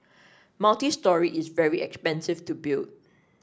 multistory is very expensive to build